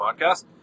podcast